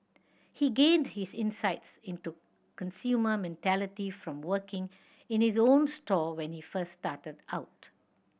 he gained his insights into consumer mentality from working in his own store when he first started out